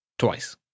twice